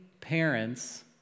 parents